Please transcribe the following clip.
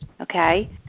okay